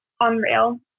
unreal